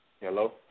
Hello